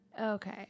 Okay